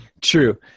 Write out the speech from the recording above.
true